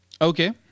Okay